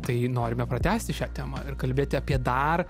tai norime pratęsti šią temą ir kalbėti apie dar